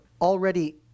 already